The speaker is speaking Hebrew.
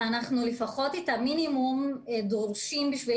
לפחות את המינימום אנחנו דורשים בשביל